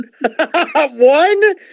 One